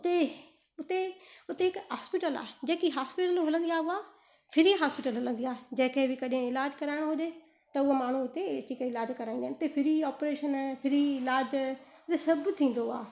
हुते हुते हुते हिकु हॉस्पिटल आहे जेकी हॉस्पिटल हलंदी आहे उहा फ्री हॉस्पिटल हलंदी आहे जंहिंखे बि कॾहिं इलाज कराइणो हुजे त उहो माण्हू हुते अची करे इलाज कराईंदा आहिनि हुते फ्री ओपरेशन फ्री इलाज जे सभु थींदो आहे